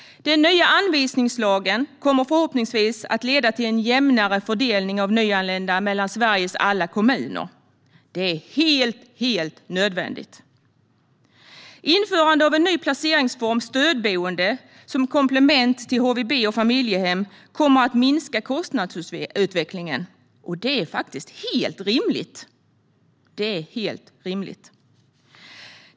Den nya anvisningslagen kommer förhoppningsvis att leda till en jämnare fördelning av nyanlända mellan Sveriges alla kommuner. Det är helt, helt nödvändigt. Införandet av en ny placeringsform, stödboende, som komplement till HVB och familjehem kommer att minska kostnadsutvecklingen. Det är faktiskt helt rimligt.